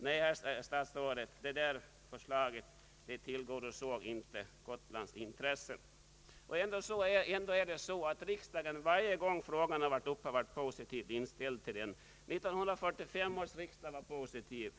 Nej, herr statsråd, detta förslag tillgodosåg inte Gotlands intressen. Ändå är det så att riksdagen varje gång frågan behandlats har varit positivt inställd till den. 1945 års riksdag var positiv.